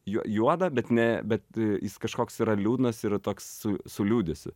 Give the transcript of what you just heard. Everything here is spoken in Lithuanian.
juo juodą bet ne bet jis kažkoks yra liūdnas ir toks su su liūdesiu